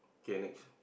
okay next